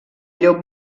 llop